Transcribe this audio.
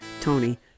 tony